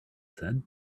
said